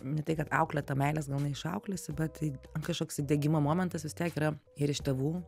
ne tai kad auklėta meilės gal neišauklėsi bet tai kažkoks degimo momentas vis tiek yra ir iš tėvų